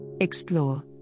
Explore